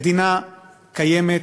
מדינה קיימת